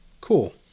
Cool